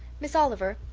miss oliver,